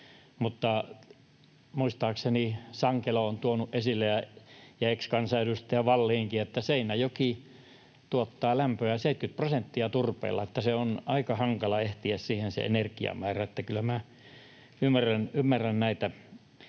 Muistaakseni Sankelo on tuonut esille ja ex-kansanedustaja Wallinkin, että Seinäjoki tuottaa lämmöstä 70 prosenttia turpeella. Se on aika hankala etsiä siihen se energiamäärä, eli kyllä minä ymmärrän näitä,